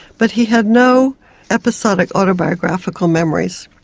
but he had no episodic autobiographical memories.